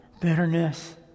bitterness